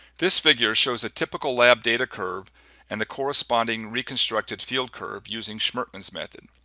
this figure shows a typical lab data curve and the corresponding reconstructed field curve using schmermanns method.